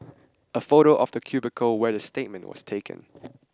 a photo of the cubicle where the statement was taken